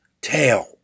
tail